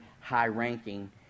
high-ranking